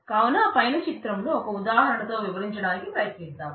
కావున పైన చిత్రంలో ఒక ఉదాహరణ తో వివరించడానికి ప్రయత్నిద్దాం